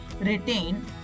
retain